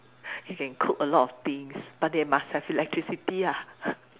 you can cook a lot of things but they must have electricity ah